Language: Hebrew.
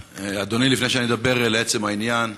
אדוני, לפני שאדבר לעצם העניין,